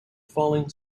falling